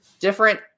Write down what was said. Different